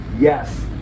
Yes